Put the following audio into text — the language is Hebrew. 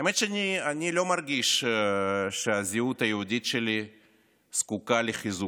האמת היא שאני לא מרגיש שהזהות היהודית שלי זקוקה לחיזוק.